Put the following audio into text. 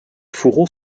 fourreaux